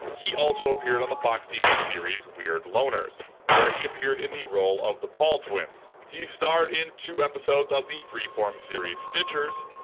he also appeared on the fox tv series weird loners, where he appeared in the role of the paul twins. he starred in two episodes of the freeform series stitchers.